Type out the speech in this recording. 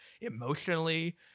emotionally